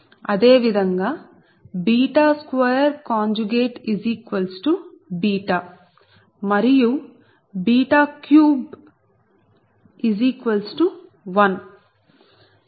అదే విధంగా 𝛽 2𝛽 మరియు 𝛽 31